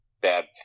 bad